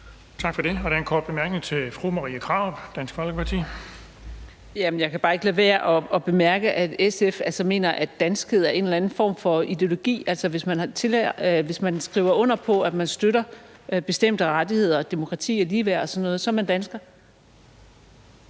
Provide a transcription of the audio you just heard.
Tak for det. Der er en kort bemærkning fra fru Marie Krarup, Dansk Folkeparti. Kl. 14:08 Marie Krarup (DF): Jeg kan bare ikke lade være med at bemærke, at SF altså mener, at danskhed er en eller anden form for ideologi, altså at man, hvis man skriver under på, at man støtter bestemte rettigheder, demokrati og ligeværd og sådan noget,